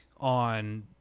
on